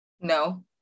No